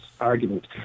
argument